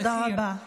תודה רבה.